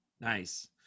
nice